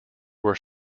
were